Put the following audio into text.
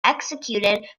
executed